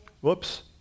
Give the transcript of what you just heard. whoops